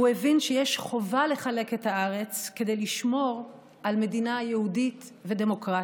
הוא הבין שיש חובה לחלק את הארץ כדי לשמור על מדינה יהודית ודמוקרטית.